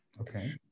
okay